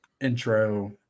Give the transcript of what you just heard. intro